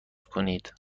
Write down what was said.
کنید